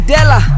Della